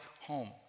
home